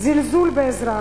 זלזול באזרח,